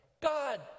God